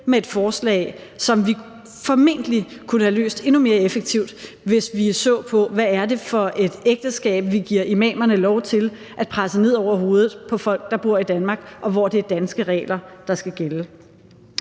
med et forslag, som vi formentlig kunne have løst endnu mere effektivt, hvis vi så på, hvad det er for et ægteskab, vi giver imamerne lov til at presse ned over hovedet på folk, der bor i Danmark, og hvor det er danske regler, der skal gælde.